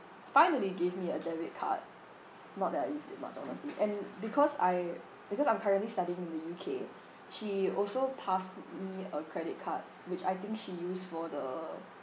finally gave me a debit card not that I used it much honestly and because I because I'm currently studying in the U_K she also passed me a credit card which I think she used for the